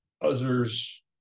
others